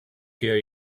hear